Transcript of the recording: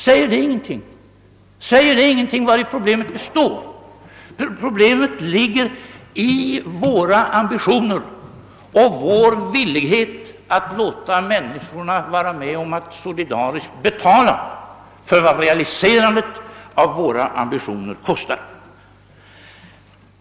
Säger det ingenting om vari problemet ligger? Det ligger i våra ambitioner och i vår villighet att låta människorna vara med om att solidariskt betala för vad realiserandet av våra ambitioner kostar.